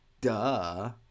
duh